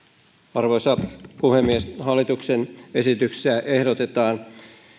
arvoisa puhemies hallituksen esityksessä ehdotetaan